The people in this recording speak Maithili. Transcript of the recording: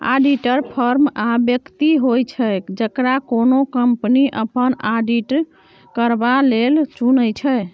आडिटर फर्म या बेकती होइ छै जकरा कोनो कंपनी अपन आडिट करबा लेल चुनै छै